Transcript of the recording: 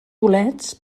bolets